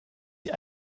die